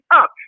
up